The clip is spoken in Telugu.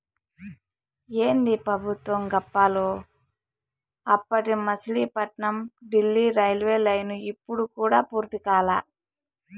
ఏందీ పెబుత్వం గప్పాలు, అప్పటి మసిలీపట్నం డీల్లీ రైల్వేలైను ఇప్పుడు కూడా పూర్తి కాలా